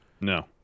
No